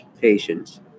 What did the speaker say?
patients